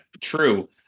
true